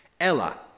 Ella